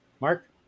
Mark